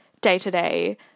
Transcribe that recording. day-to-day